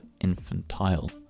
infantile